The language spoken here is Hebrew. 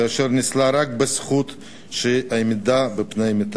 ואשר ניצלה רק בזכות זה שהיא העמידה פני מתה,